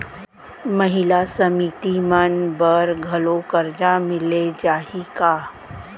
महिला समिति मन बर घलो करजा मिले जाही का?